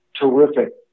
terrific